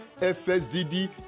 FSDD